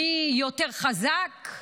מי יותר חזק,